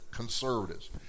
conservatives